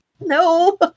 no